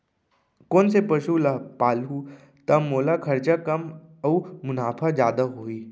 कोन से पसु ला पालहूँ त मोला खरचा कम अऊ मुनाफा जादा होही?